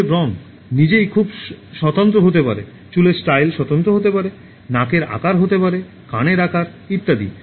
চুলের রঙ নিজেই খুব স্বতন্ত্র হতে পারে চুলের স্টাইল স্বতন্ত্র হতে পারে নাকের আকার হতে পারে কানের আকার ইত্যাদি